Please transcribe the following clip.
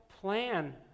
plan